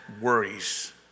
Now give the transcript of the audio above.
worries